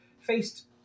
faced